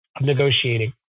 negotiating